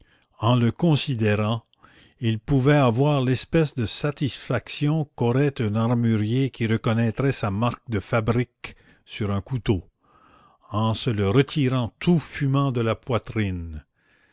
en le considérant il pouvait avoir l'espèce de satisfaction qu'aurait un armurier qui reconnaîtrait sa marque de fabrique sur un couteau en se le retirant tout fumant de la poitrine